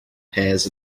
pears